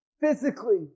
physically